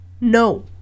No